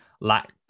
lack